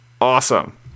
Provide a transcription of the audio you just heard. awesome